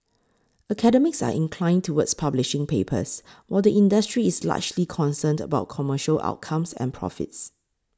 academics are inclined towards publishing papers while the industry is largely concerned about commercial outcomes and profits